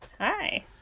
Hi